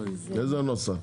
באיזה נוסח?